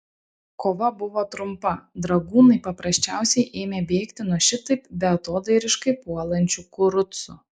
kova buvo trumpa dragūnai paprasčiausiai ėmė bėgti nuo šitaip beatodairiškai puolančių kurucų